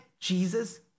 jesus